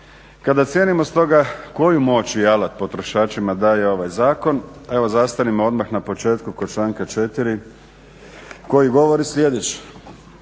Kada ocijenimo stoga koju moć i alat potrošačima daje ovaj zakon, evo zastanimo odmah na početku kod članka 4. koji govori sljedeće.